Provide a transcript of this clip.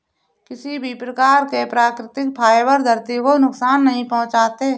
किसी भी प्रकार के प्राकृतिक फ़ाइबर धरती को नुकसान नहीं पहुंचाते